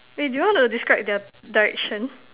wait do you want to describe the direction